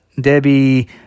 Debbie